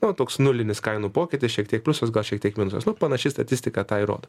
nu toks nulinis kainų pokytis šiek tiek pliusas gal šiek tiek minusas nu panašiai statistiką tą ir rodo